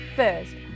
First